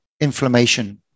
inflammation